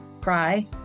cry